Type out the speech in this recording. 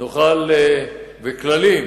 וכללים,